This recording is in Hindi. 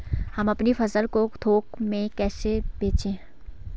हम अपनी फसल को थोक में कैसे बेचें?